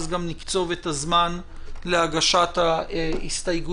אז גם נקצוב את הזמן להגשת ההסתייגויות,